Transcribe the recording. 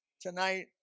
tonight